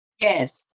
Yes